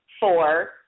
four